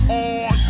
on